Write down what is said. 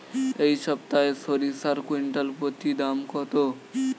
এই সপ্তাহে সরিষার কুইন্টাল প্রতি দাম কত?